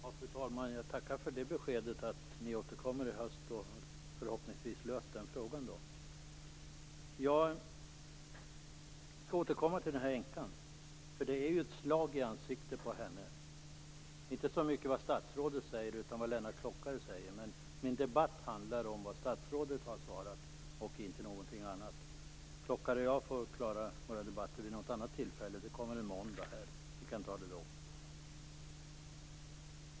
Fru talman! Jag tackar för det beskedet att ni återkommer i höst. Förhoppningsvis har ni då löst frågan. Jag skall återkomma till den här änkan som jag talat om. Det är ett slag i ansiktet på henne, inte så mycket det statsrådet säger utan vad Lennart Klockare säger. Men min debatt handlar om vad statsrådet har svarat, inte någonting annat. Klockare och jag för klara vår debatt vid något annat tillfälle, vi kan ta den på måndag.